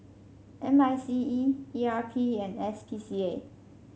M I C E E R P and S P C A